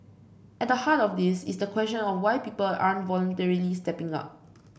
at the heart of this is the question of why people aren't voluntarily stepping up